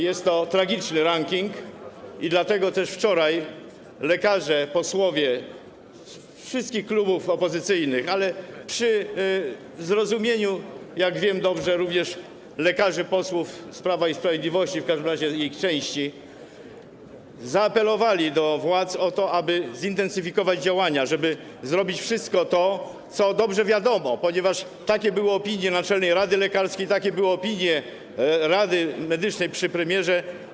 Jest to tragiczny ranking, dlatego też wczoraj posłowie lekarze ze wszystkich klubów opozycyjnych, ale przy zrozumieniu, jak dobrze wiem, również posłów lekarzy z Prawa i Sprawiedliwości, w każdym razie części z nich, zaapelowali do władz o to, żeby zintensyfikować działania, żeby zrobić wszystko to, o czym dobrze wiadomo, ponieważ takie były opinie Naczelnej Rady Lekarskiej, takie były opinie Rady Medycznej przy premierze.